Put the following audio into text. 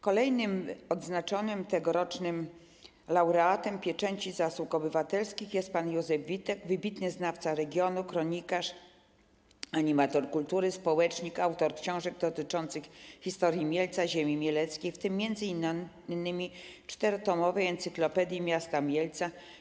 Kolejnym tegorocznym laureatem odznaczonym Pieczęcią Zasług Obywatelskich jest pan Józef Witek - wybitny znawca regionu, kronikarz, animator kultury, społecznik, autor książek dotyczących historii Mielca i ziemi mieleckiej, w tym m.in. 4-tomowej Encyklopedii Miasta Mielca.